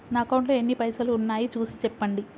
నా అకౌంట్లో ఎన్ని పైసలు ఉన్నాయి చూసి చెప్పండి?